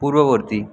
পূর্ববর্তী